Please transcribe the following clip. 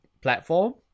platform